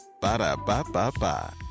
Ba-da-ba-ba-ba